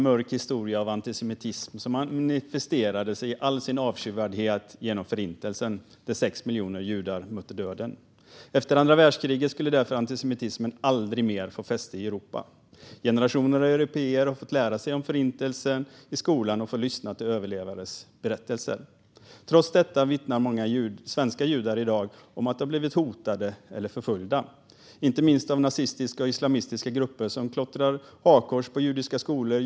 Herr talman! Europa har en mörk historia av antisemitism. Den manifesterade sig i all sin avskyvärdhet genom Förintelsen, där 6 miljoner judar mötte döden. Efter andra världskriget skulle därför antisemitismen aldrig mer få fäste i Europa. Generationer av européer har fått lära sig om Förintelsen i skolan och lyssnat till överlevandes berättelser. Trots detta vittnar många svenska judar i dag om att de blivit hotade eller förföljda, inte minst av nazistiska och islamistiska grupper som klottrar hakkors på judiska skolor.